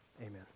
Amen